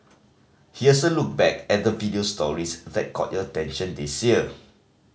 here's a look back at the video stories that caught your attention this year